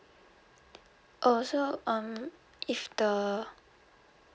oh so um if the